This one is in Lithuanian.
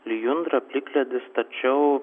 lijundra plikledis tačiau